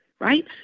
right